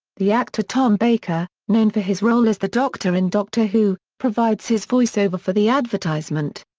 the actor tom baker, known for his role as the doctor in doctor who, provides his voice-over for the advertisement.